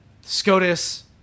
scotus